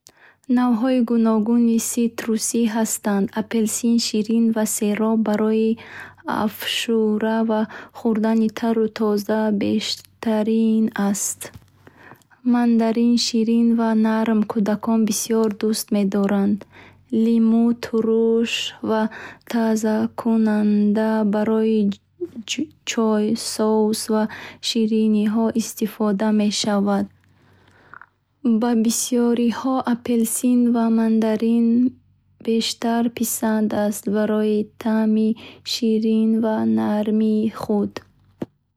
Навъҳои гуногуни ситрусӣ ҳастанд: апелсин ширин ва сероб барои афшура ва хӯрдани тару тоза беҳтарин аст. Мандарин ширин ва нарм кӯдакон бисёр дӯст медоранд. Лимӯ турш ва тозакунанда барои чой соус ва шириниҳо истифода мешавад. Гейпфрут туршталх ва сероб барои салат ва афшура хуб аст. Ба бисёриҳо апелсин ва мандарин бештар писанд аст барои таъми ширин ва нармии худ.